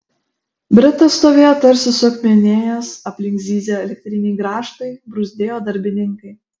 bretas stovėjo tarsi suakmenėjęs aplink zyzė elektriniai grąžtai bruzdėjo darbininkai